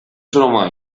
solo